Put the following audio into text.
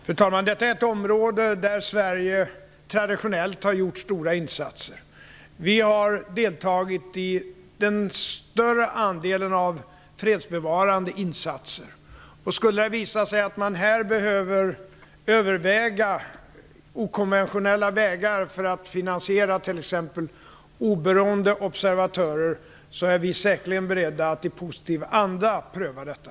Fru talman! Detta är ett område där Sverige traditionellt har gjort stora insatser. Vi har deltagit i den större andelen av fredsbevarande insatser. Skulle det visa sig att man behöver överväga okonventionella vägar för att finansiera t.ex. oberoende observatörer, är vi säkerligen beredda att i positiv anda pröva detta.